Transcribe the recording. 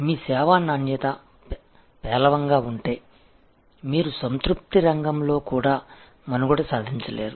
మీ సేవా నాణ్యత పేలవంగా ఉంటే మీరు సంతృప్తి రంగంలో కూడా మనుగడ సాధించలేరు